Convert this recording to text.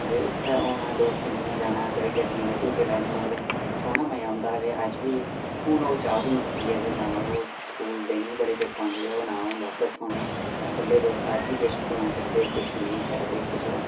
ते उत्थै औना दोस्तें कन्नै जाना कदें गड्डियें दे झूटे लैने मतलब सोह्ना मजा होंदा हा अज्ज बी हून ओह् चा बी मुक्की गेदे न ओह् स्कूल दे दिन बी बड़े चेता औंदे ते ना ओह् बापस थ्होने स्कूलै दे दोस्त अज्ज बी फोन करदे किश नेई बी करदे किश